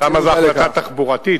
שם זה החלטה תחבורתית,